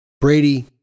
Brady